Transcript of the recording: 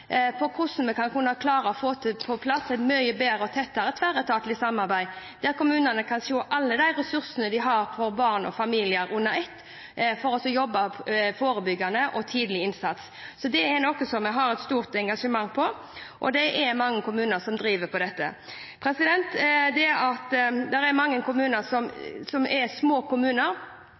på plass et mye bedre og tettere tverretatlig samarbeid der kommunene kan se alle de ressursene de har for barn og familier under ett, for å jobbe forebyggende og med tidlig innsats. Dette er noe jeg har et stort engasjement for, og det er mange kommuner som driver med dette. Det er nå mange små kommuner som har hatt interkommunale samarbeid. Jeg tror det er viktig også i den kommunereformen vi snakker om, som er